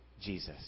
Jesus